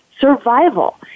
survival